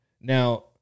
now